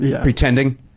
pretending